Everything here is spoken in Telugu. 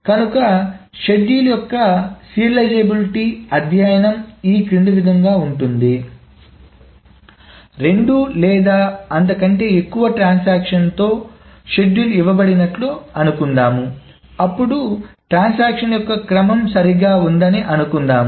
కనుక షెడ్యూల్ యొక్క సీరియలైజబిలిటీ అధ్యయనం క్రింద విధంగా ఉంటుంది రెండు లేదా అంతకంటే ఎక్కువ ట్రాన్సాక్షన్లతో షెడ్యూల్ ఇవ్వబడినట్లు అనుకుందాంఅప్పుడు ట్రాన్సాక్షన్ల యొక్క క్రమం సరిగా ఉందని అనుకుందాం